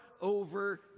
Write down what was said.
over